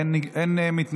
אין, אין מתנגדים.